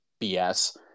BS